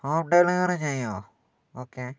home delivery ചെയ്യുമോ okay